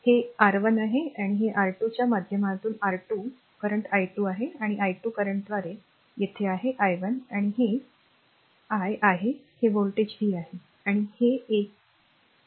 हे r R1आहे हे r R2 च्या माध्यमातून R2 करंट i2 आहे i2 करंटद्वारे r 1 येथे आहे i1 आणि हे r i आहे आणि हे व्होल्टेज v आहे